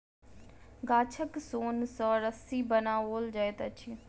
गाछक सोन सॅ रस्सी बनाओल जाइत अछि